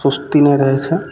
सुस्ती नहि रहै छै